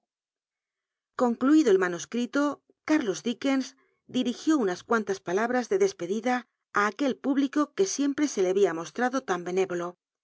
concluido el manuscrito cúrlos dickens dirigiú unas cuantas palabras de desped ida it aquel público que siempre se lo habia mostrado tan benévolo